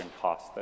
cost